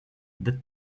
the